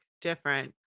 different